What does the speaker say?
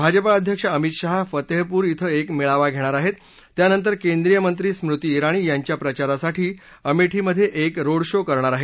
भाजपा अध्यक्ष अमित शाह फतेहपूर बें एक मेळावा घेणार आहेत आणि त्यानंतर केंद्रीय मंत्री स्मृती जिणी यांच्या प्रचारासाठी अमेठीमध्ये एक रोड शो करणार आहेत